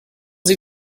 sie